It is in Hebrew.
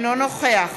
אינו נוכח